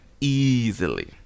Easily